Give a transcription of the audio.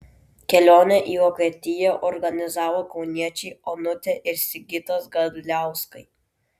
kelionę į vokietiją organizavo kauniečiai onutė ir sigitas gadliauskai